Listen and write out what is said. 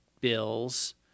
bills